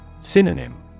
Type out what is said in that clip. Synonym